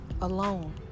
alone